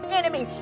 enemy